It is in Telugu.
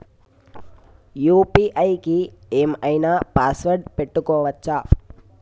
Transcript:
యూ.పీ.ఐ కి ఏం ఐనా పాస్వర్డ్ పెట్టుకోవచ్చా?